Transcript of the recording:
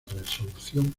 resolución